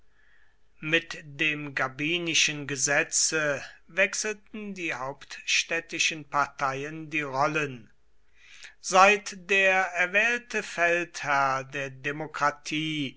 mit dem gabinischen gesetze wechselten die hauptstädtischen parteien die rollen seit der erwählte feldherr der demokratie